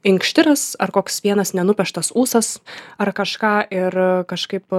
inkštiras ar koks vienas nenupeštas ūsas ar kažką ir kažkaip